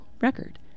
record